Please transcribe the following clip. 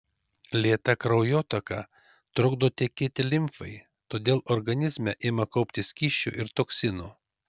lėta kraujotaka trukdo tekėti limfai todėl organizme ima kauptis skysčių ir toksinų